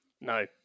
No